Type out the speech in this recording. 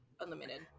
Unlimited